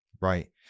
Right